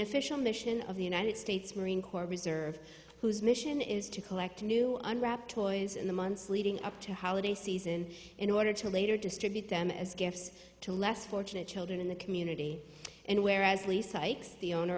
official mission of the united states marine corps reserve whose mission is to collect new unwrapped toys in the months leading up to holiday season in order to later distribute them as gifts to less fortunate children in the community and where as lee sykes the owner